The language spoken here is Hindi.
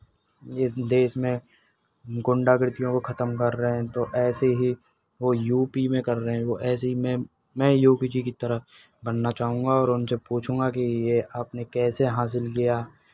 इस देश में गुंडागर्दियों को खतम कर रहे हैं तो ऐसे ही वो यू पी में कर रहे हैं वो ऐसे ही मैं मैं योगी जी की तरह बनना चाहूँगा और उनसे पूछूँगा कि ये आपने कैसे हासिल किया